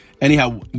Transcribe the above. Anyhow